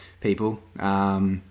people